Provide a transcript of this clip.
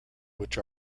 which